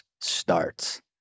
starts